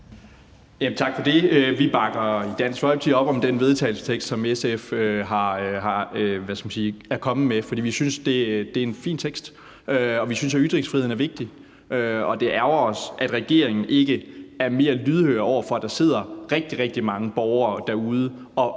Tak for det. Vi i Dansk Folkeparti bakker op om den vedtagelsestekst, som SF er kommet med, for vi synes, at det er en fin tekst. Vi synes jo, at ytringsfriheden er vigtig. Og det ærgrer os, at regeringen ikke er mere lydhør over for, at der sidder rigtig, rigtig mange borgere derude